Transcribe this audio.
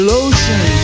lotion